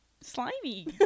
slimy